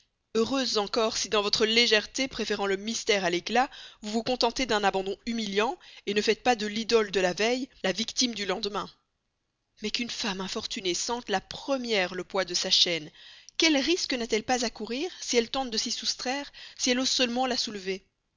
heureuses encore si dans votre légèreté préférant le mystère à l'éclat vous vous contentez d'un abandon humiliant ne faites pas de l'idole de la veille la victime du lendemain mais qu'une femme infortunée sente la première le poids de sa chaîne quels risques n'a-t-elle pas à courir si elle tente de s'y soustraire si elle ose seulement la soulever